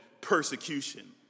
persecution